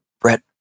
Brett